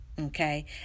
okay